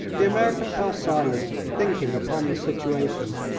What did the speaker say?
the american fell silent, thinking upon the situation.